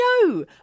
No